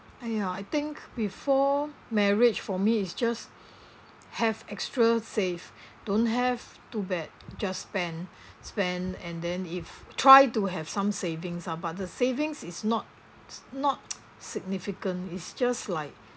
!aiya! I think before marriage for me is just have extra save don't have too bad just spend spend and then if try to have some savings ah but the savings is not not significant is just like